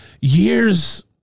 years